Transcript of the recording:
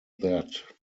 that